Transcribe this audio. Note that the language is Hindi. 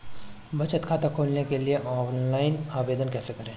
बचत खाता खोलने के लिए ऑनलाइन आवेदन कैसे करें?